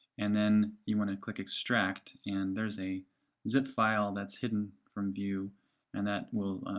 and then you want to click extract, and there's a zip file thats hidden from view and that will,